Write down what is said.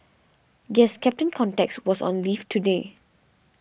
guess Captain Context was on leave today